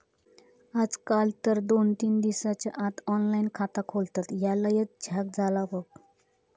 आजकाल तर दोन तीन दिसाच्या आत ऑनलाइन खाता खोलतत, ह्या लयच झ्याक झाला बघ